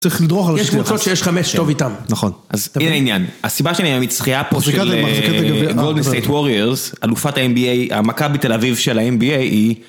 יש קבוצות שיש חמש טוב איתן. נכון. אז אין עניין. הסיבה שאני עם מצחיה פה של golden state warriors מחזיקת הגביע של ה-NBA, המכבי תל אביב של ה-MBA היא